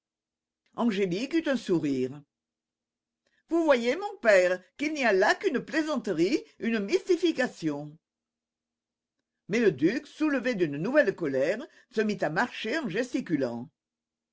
angélique eut un sourire vous voyez mon père qu'il n'y a là qu'une plaisanterie une mystification mais le duc soulevé d'une nouvelle colère se mit à marcher en gesticulant